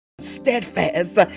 steadfast